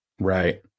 Right